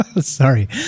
Sorry